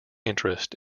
interest